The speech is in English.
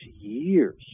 years